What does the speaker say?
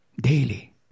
daily